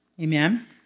Amen